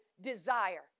desire